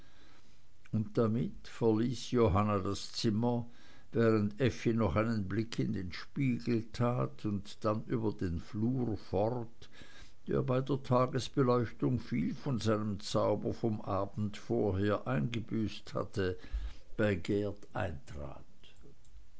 und damit verließ johanna das zimmer während effi noch einen blick in den spiegel tat und dann über den flur fort der bei der tagesbeleuchtung viel von seinem zauber vom abend vorher eingebüßt hatte bei geert eintrat